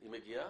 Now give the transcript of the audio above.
היא מגיעה?